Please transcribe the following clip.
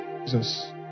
jesus